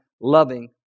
loving